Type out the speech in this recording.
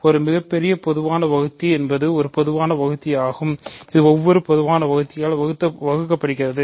ஒரு மிகப் பெரிய பொதுவான வகுத்தி என்பது ஒரு பொதுவான வகுத்தி ஆகும் இது ஒவ்வொரு பொதுவான வகுத்தியால் வகுக்கப்படுகிறது